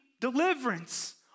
deliverance